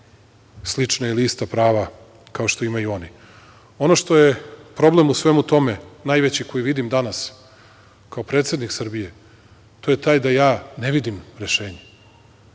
slična ili ista prava, kao što imaju oni. Ono što je problem u svemu tome, najveći koji vidim danas, kao predsednik Srbije, to je taj da ja ne vidim rešenje.